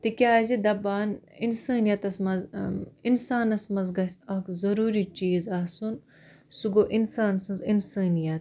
تِکیٛازِ دَپان اِنسٲنیِتَس منٛز ٲں اِنسانَس منٛز گژھہِ اَکھ ضروٗری چیٖز آسُن سُہ گوٚو اِنسان سٕنٛز اِنسٲنیِت